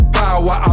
power